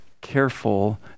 careful